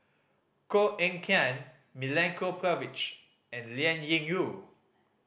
Koh Eng Kian Milenko Prvacki and Liao Yingru